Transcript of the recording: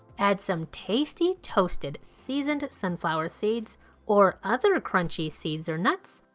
add some tasty toasted seasoned sunflower seeds or other crunchy seeds or nuts,